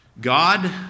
God